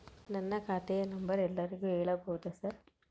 ನನ್ನ ಖಾತೆಯ ನಂಬರ್ ಎಲ್ಲರಿಗೂ ಹೇಳಬಹುದಾ ಸರ್?